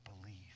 believe